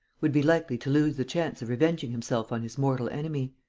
would be likely to lose the chance of revenging himself on his mortal enemy!